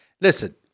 listen